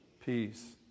Peace